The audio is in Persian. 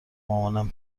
مامانم